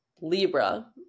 Libra